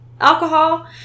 alcohol